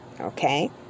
okay